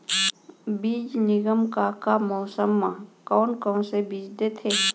बीज निगम का का मौसम मा, कौन कौन से बीज देथे?